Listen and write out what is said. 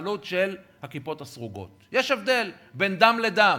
להתנחלות של הכיפות הסרוגות, הבדל בין דם לדם.